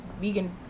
vegan